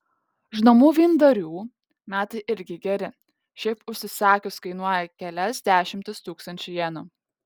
žinomų vyndarių metai irgi geri šiaip užsisakius kainuoja kelias dešimtis tūkstančių jenų